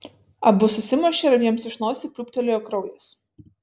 abu susimušė ir abiems iš nosių pliūptelėjo kraujas